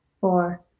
four